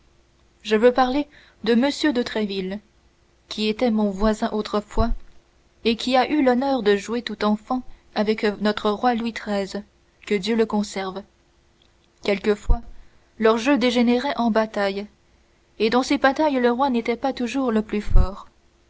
je veux parler de m de tréville qui était mon voisin autrefois et qui a eu l'honneur de jouer tout enfant avec notre roi louis treizième que dieu conserve quelquefois leurs jeux dégénéraient en bataille et dans ces batailles le roi n'était pas toujours le plus fort